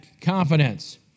confidence